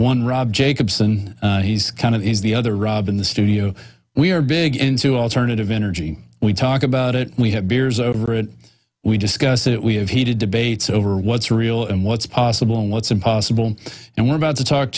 one rob jacobsen he's kind of is the other rob in the studio we are big into alternative energy we talk about it we have beers over it we discuss it we have heated debates over what's real and what's possible what's impossible and we're about to talk